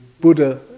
Buddha